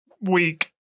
week